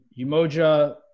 Umoja